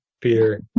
Peter